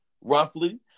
roughly